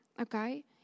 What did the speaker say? Okay